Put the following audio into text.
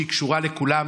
כי זה קשור לכולן.